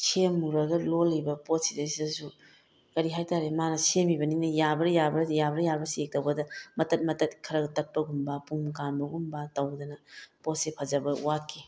ꯁꯦꯝꯃꯨꯔꯒ ꯂꯣꯜꯂꯤꯕ ꯄꯣꯠꯁꯤꯗꯩꯁꯤꯗꯁꯨ ꯀꯔꯤ ꯍꯥꯏ ꯇꯥꯔꯦ ꯃꯥꯅ ꯁꯦꯝꯃꯤꯕꯅꯤꯅ ꯌꯥꯕ꯭ꯔꯥ ꯌꯥꯕ꯭ꯔꯥ ꯌꯥꯕ꯭ꯔꯥ ꯌꯥꯕ꯭ꯔꯥ ꯆꯦꯛ ꯇꯧꯕꯗ ꯃꯇꯠ ꯃꯇꯠ ꯈꯔ ꯇꯠꯄꯒꯨꯝꯕ ꯄꯨꯝ ꯀꯥꯟꯕꯒꯨꯝꯕ ꯇꯧꯗꯅ ꯄꯣꯠꯁꯦ ꯐꯖꯕ ꯋꯥꯠꯈꯤ